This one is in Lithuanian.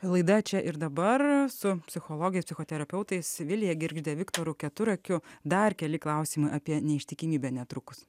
laida čia ir dabar su psichologais psichoterapeutais vilija girgžde viktoru keturakiu dar keli klausimai apie neištikimybę netrukus